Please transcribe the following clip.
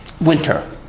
winter